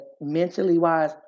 mentally-wise